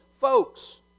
folks